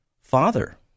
father